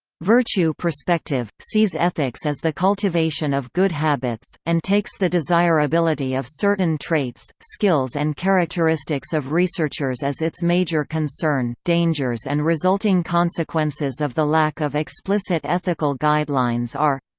virtue perspective sees ethics as the cultivation of good habits, and takes the desirability of certain traits, skills and characteristics of researchers as its major concern dangers and resulting consequences of the lack of explicit ethical guidelines are